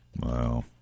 Wow